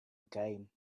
again